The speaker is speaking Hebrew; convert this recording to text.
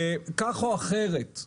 כך או אחרת,